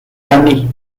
l’année